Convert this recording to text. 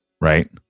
Right